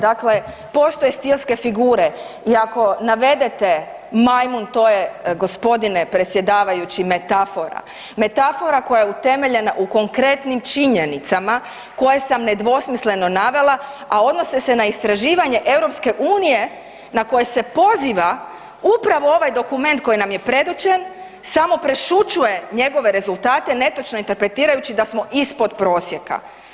Dakle, postoje stilske figure i ako navedete „majmun“, to je gospodine predsjedavajući metafora, metafora koja je utemeljena u konkretnim činjenicama koje sam nedvosmisleno navela, a odnose se na istraživanje EU na koje se poziva upravo ovaj dokument koji nam je predočen samo prešućuje njegove rezultate netočno interpretirajući da smo ispod prosjeka.